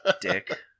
Dick